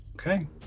Okay